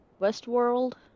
Westworld